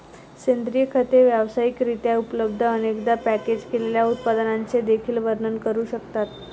सेंद्रिय खते व्यावसायिक रित्या उपलब्ध, अनेकदा पॅकेज केलेल्या उत्पादनांचे देखील वर्णन करू शकतात